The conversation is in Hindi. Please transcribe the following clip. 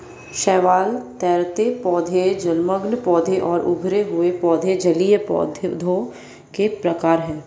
शैवाल, तैरते पौधे, जलमग्न पौधे और उभरे हुए पौधे जलीय पौधों के प्रकार है